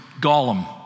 Gollum